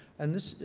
and this,